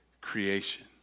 creation